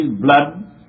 blood